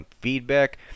feedback